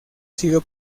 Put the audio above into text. sido